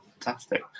fantastic